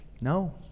No